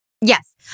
Yes